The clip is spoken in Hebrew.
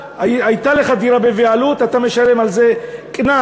הייתה לך דירה בבעלות, אתה משלם על זה קנס.